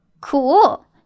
Cool